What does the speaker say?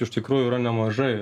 iš tikrųjų yra nemažai